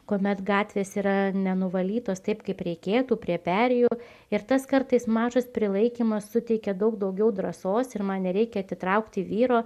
kuomet gatvės yra nenuvalytos taip kaip reikėtų prie perėjų ir tas kartais mažas prilaikymas suteikia daug daugiau drąsos ir man nereikia atitraukti vyro